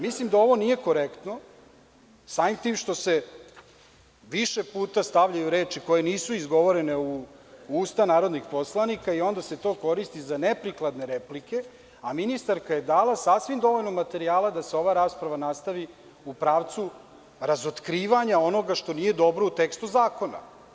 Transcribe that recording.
Mislim da ovo nije korektno, samim tim što se više puta stavljaju reči koje nisu izgovorene u usta narodnih poslanika i onda se to koristi za neprikladne replike, a ministarka je dala sasvim dovoljno materijala da se ova rasprava nastavi u pravcu razotkrivanja onoga što nije dobro u tekstu zakona.